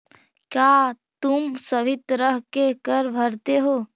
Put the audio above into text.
क्या तुम सभी तरह के कर भरते हो?